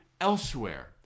elsewhere